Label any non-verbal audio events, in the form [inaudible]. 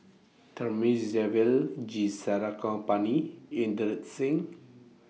Thamizhavel G Sarangapani Inderjit Singh [noise]